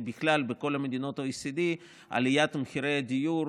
שבכלל בכל מדינות ה-OECD עליית מחירי הדיור